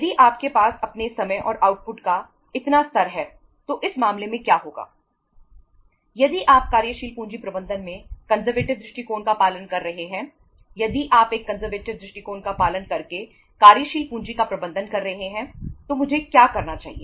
यदि आपके पास अपने समय और आउटपुट दृष्टिकोण का पालन करके कार्यशील पूंजी का प्रबंधन कर रहे हैं तो मुझे क्या करना चाहिए